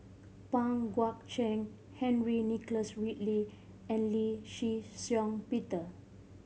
Pang Guek Cheng Henry Nicholas Ridley and Lee Shih Shiong Peter